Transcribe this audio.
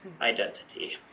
identity